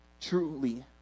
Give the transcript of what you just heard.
Truly